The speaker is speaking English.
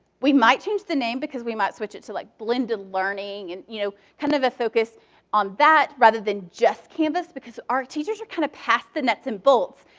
we might change the name because we might switch it to like blended learning, and you know kind of a focus on that rather than just canvas. because our teachers are kind of past the nuts and bolts,